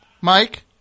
Mike